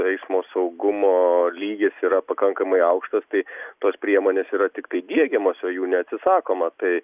eismo saugumo lygis yra pakankamai aukštas tai tos priemonės yra tiktai diegiamos o jų neatsisakoma tai